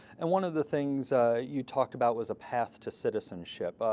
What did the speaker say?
and one of the things you talked about was a path to citizenship.